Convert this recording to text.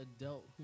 adult